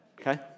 Okay